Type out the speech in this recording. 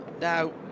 now